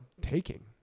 taking